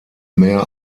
mehr